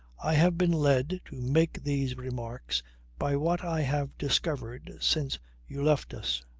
i have been led to make these remarks by what i have discovered since you left us.